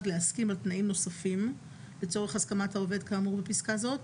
להסכים על תנאים נוספים לצורך הסכמת העובד כאמור בפסקה זאת,